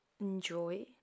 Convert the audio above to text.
enjoy